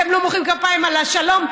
אתם לא מוחאים כפיים על השלום,